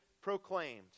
proclaimed